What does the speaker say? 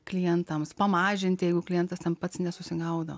klientams pamažinti jeigu klientas ten pats nesusigaudo